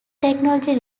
technology